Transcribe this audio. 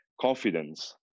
confidence